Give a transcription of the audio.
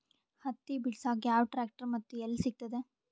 ಹತ್ತಿ ಬಿಡಸಕ್ ಯಾವ ಟ್ರ್ಯಾಕ್ಟರ್ ಮತ್ತು ಎಲ್ಲಿ ಸಿಗತದ?